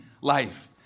life